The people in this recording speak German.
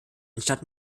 entstand